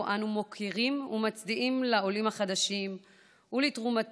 שבו אנו מוקירים ומצדיעים לעולים החדשים ולתרומתם